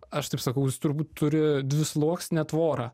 aš taip sakau jis turbūt turi dvisluoksnę tvorą